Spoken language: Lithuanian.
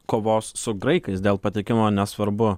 kovos su graikais dėl patekimo nesvarbu